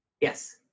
Yes